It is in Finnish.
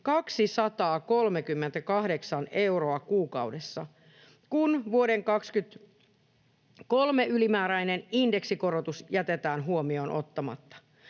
238 euroa kuukaudessa, kun vuoden 23 ylimääräinen indeksikorotus jätetään huomioon ottamatta.